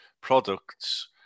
products